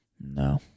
no